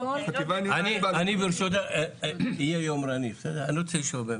אני ברשותך אהיה יומרני אני רוצה לשאול באמת,